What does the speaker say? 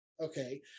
Okay